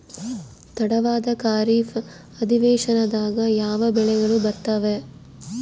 ತಡವಾದ ಖಾರೇಫ್ ಅಧಿವೇಶನದಾಗ ಯಾವ ಬೆಳೆಗಳು ಬರ್ತಾವೆ?